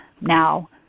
now